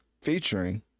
featuring